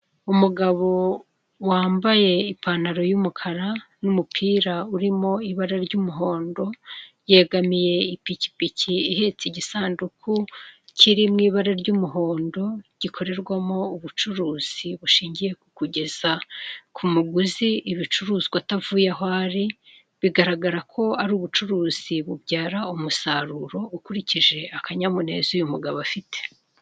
Umugabo wambaye ipantaro y'umukara n'umupira urimo ibara ry'umuhondo yegamiye ipikipiki ihetse igisanduku kiri mu ibara ry'umuhondo gikorerwamo ubucuruzi bushingiye ku kugeza ku muguzi ibicuruzwa atavuye aho ari, bigaragara ko ari ubucuruzi bubyara umusaruro ukurikije akanyamuneza uyu mugabo afite.